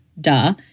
duh